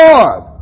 Lord